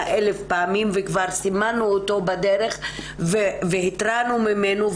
אלף פעמים וכבר סימנו אותו בדרך והתרענו עליו.